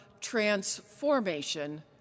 transformation